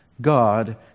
God